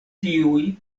tiuj